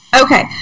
Okay